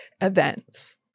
events